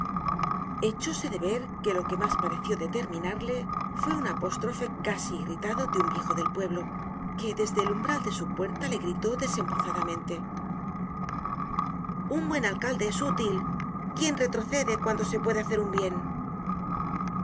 de ver que lo que mas pareció determinarle fue un apóstrofe casi irritado de un viejo del pueblo que desde el umbral de su puerta le gritó desembozadamente un buen alcalde es útil quién retrocede cuando puede hacer un bien